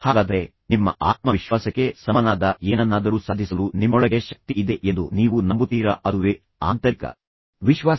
ಹಾಗಾದರೆ ನಿಮ್ಮ ಆತ್ಮವಿಶ್ವಾಸಕ್ಕೆ ಸಮನಾದ ಏನನ್ನಾದರೂ ಸಾಧಿಸಲು ನಿಮ್ಮೊಳಗೆ ಶಕ್ತಿ ಇದೆ ಎಂದು ನೀವು ನಂಬುತ್ತೀರಾ ಅದುವೇ ಆಂತರಿಕ ವಿಶ್ವಾಸ